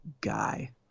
guy